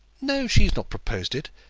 no, she has not proposed it.